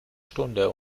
stunde